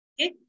Okay